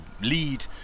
lead